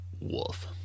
Wolf